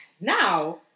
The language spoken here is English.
Now